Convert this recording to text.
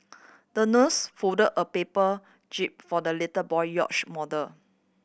the nurse folded a paper jib for the little boy yacht model